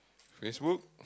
Facebook